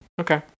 Okay